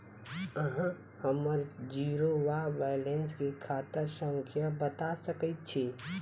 अहाँ हम्मर जीरो वा बैलेंस केँ खाता संख्या बता सकैत छी?